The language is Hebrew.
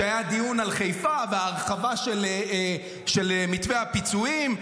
כשהיה דיון על חיפה והרחבה של מתווה הפיצויים.